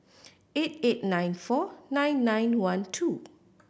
eight eight nine four nine nine one two